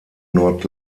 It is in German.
not